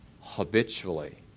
habitually